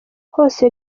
hose